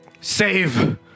save